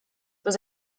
was